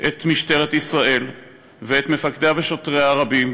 את משטרת ישראל ואת מפקדיה ושוטריה הרבים,